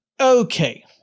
Okay